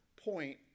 point